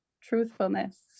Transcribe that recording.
truthfulness